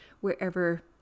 wherever